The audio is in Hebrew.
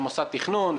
במוסד תכנון,